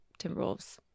Timberwolves